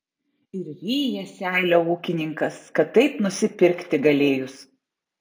ir ryja seilę ūkininkas kad taip nusipirkti galėjus